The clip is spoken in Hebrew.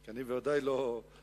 כי אני בוודאי לא רוצה,